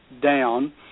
down